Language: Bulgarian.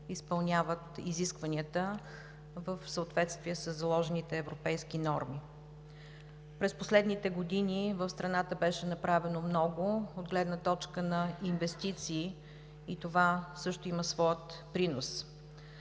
изпълняват изискванията в съответствие със заложените европейски норми. През последните години в страната беше направено много от гледна точка на инвестиции и това също има своя принос.